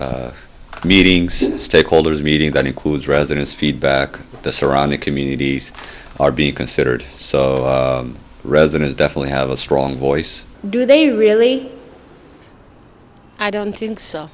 of meetings stakeholders meeting that includes residents feedback the surrounding communities are being considered so residents definitely have a strong voice do they really i don't think so